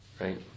right